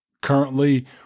Currently